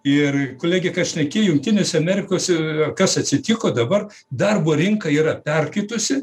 ir kolegė ką šnekėjo jungtinėse amerikos e kas atsitiko dabar darbo rinka yra perkaitusi